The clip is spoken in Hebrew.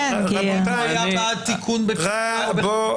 --- תודה.